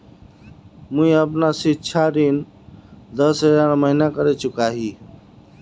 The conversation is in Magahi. मी अपना सिक्षा ऋण दस हज़ार महिना करे चुकाही